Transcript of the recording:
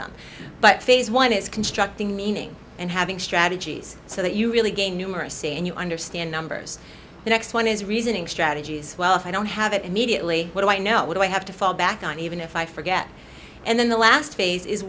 them but phase one is constructing meaning and having strategies so that you really gain numeracy and you understand numbers the next one is reasoning strategies well i don't have it immediately but i know what i have to fall back on even if i forget and then the last phase is